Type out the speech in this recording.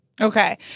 Okay